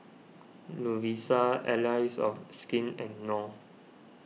Lovisa Allies of Skin and Knorr